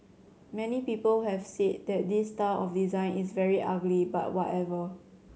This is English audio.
many people have said that this style of design is very ugly but whatever